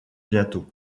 bientôt